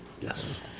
Yes